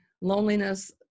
loneliness